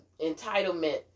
entitlement